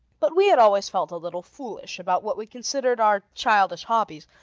but we had always felt a little foolish about what we considered our childish hobbies,